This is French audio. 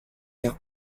car